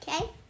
Okay